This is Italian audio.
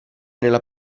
nella